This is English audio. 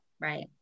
Right